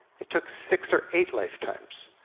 it took six or eight lifetimes,